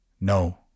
No